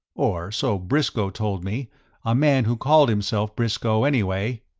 or so briscoe told me a man who called himself briscoe, anyway.